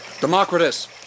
Democritus